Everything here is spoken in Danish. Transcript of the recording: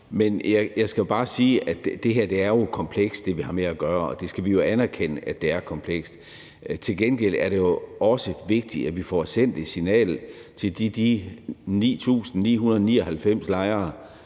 Men jeg skal bare sige, at det, vi har med at gøre her, jo er komplekst, og det skal vi anerkende er komplekst. Til gengæld er det også vigtigt, at vi får sendt et signal til de 9.999 lejere,